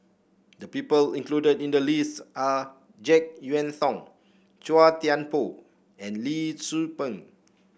the people included in the list are JeK Yeun Thong Chua Thian Poh and Lee Tzu Pheng